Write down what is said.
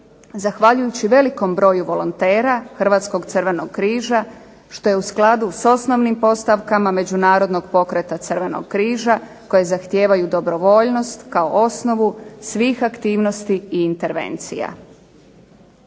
zahvaljujući velikom broju volontera Hrvatskog crvenog križa što je u skladu s osnovnim postavkama Međunarodnog pokreta crvenog križa koje zahtijevaju dobrovoljnost kao osnovu svih aktivnosti i intervencija.